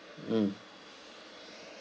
mm